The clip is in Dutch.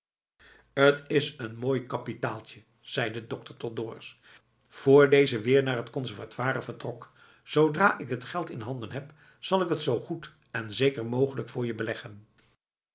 t is een mooi kapitaaltje zei de dokter tot dorus vr deze weer naar t conservatoire vertrok zoodra ik het geld in handen heb zal ik t zoo goed en zeker mogelijk voor je beleggen